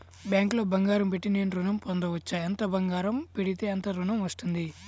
బ్యాంక్లో బంగారం పెట్టి నేను ఋణం పొందవచ్చా? ఎంత బంగారం పెడితే ఎంత ఋణం వస్తుంది?